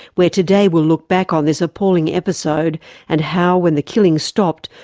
where today we'll look back on this appalling episode and how, when the killing stopped,